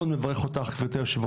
מאוד מברך אותך גברתי היו"ר,